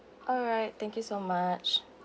alright thank you so much